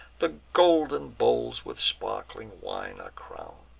the golden bowls with sparkling wine are crown'd,